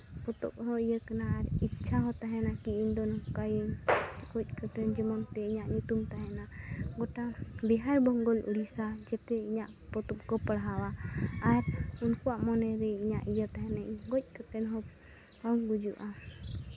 ᱯᱚᱛᱚᱵ ᱦᱚᱸ ᱤᱭᱟᱹ ᱠᱟᱱᱟ ᱟᱨ ᱤᱪᱪᱷᱟᱹ ᱦᱚᱸ ᱛᱟᱦᱮᱱᱟ ᱠᱤ ᱤᱧ ᱫᱚ ᱱᱚᱝᱠᱟᱭᱟᱹᱧ ᱜᱚᱡ ᱠᱟᱛᱮ ᱛᱮ ᱤᱧᱟᱹᱧ ᱧᱩᱛᱩᱢ ᱛᱟᱦᱮᱱᱟ ᱜᱚᱴᱟ ᱵᱤᱦᱟᱨ ᱵᱮᱝᱜᱚᱞ ᱳᱰᱤᱥᱟ ᱛᱮ ᱤᱧᱟᱜ ᱯᱚᱛᱚᱵ ᱠᱚ ᱯᱟᱲᱦᱟᱣᱟ ᱟᱨ ᱩᱠᱩᱣᱟᱜ ᱢᱚᱱᱮ ᱨᱮ ᱤᱧᱟᱹᱜ ᱤᱭᱟᱹ ᱛᱟᱦᱮᱱᱟ ᱤᱧ ᱜᱚᱡ ᱠᱟᱛᱮ ᱦᱚᱸ ᱵᱟᱢ ᱜᱩᱡᱩᱜᱼᱟ